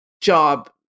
job